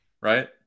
Right